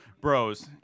Bros